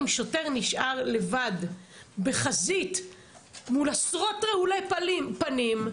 אם שוטר נשאר לבד בחזית מול עשרות רעולי פנים,